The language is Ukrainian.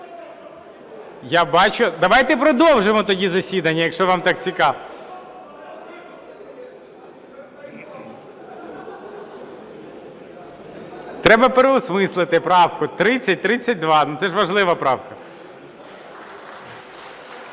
кажете. Давайте продовжимо тоді засідання, якщо вам так цікаво. Треба переосмислити правку 3032, це ж важлива правка.